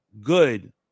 good